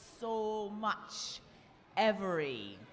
so much every